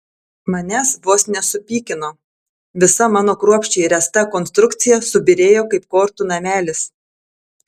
manęs vos nesupykino visa mano kruopščiai ręsta konstrukcija subyrėjo kaip kortų namelis